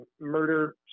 murder